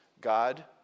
God